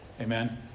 Amen